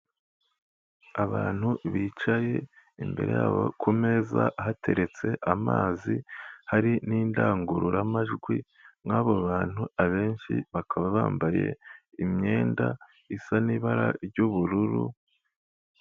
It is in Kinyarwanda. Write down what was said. Abantu bicaye imbere yabo kumeza hateretse amazi hari n'indangururamajwi, nk'abo bantu abenshi bakaba bambaye imyenda isa n'ibara ry'ubururu.